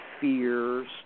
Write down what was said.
fears